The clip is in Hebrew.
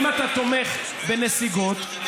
אם אתה תומך בנסיגות,